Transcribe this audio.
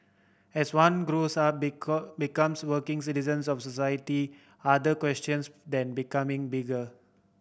as one grows up becomes working citizens of society other questions then becoming bigger